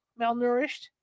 malnourished